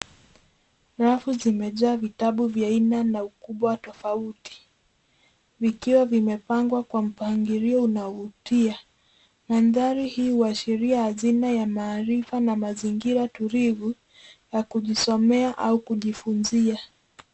Rafu zimejaa vitabu vya aina na ukubwa tofauti vikiwa vimepangwa kwa mpangilio unaovutia. Mandhari hii huashiria hazina ya maarifa na mazingira tulivu ya kujisomea au kujifunzia.